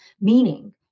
meaning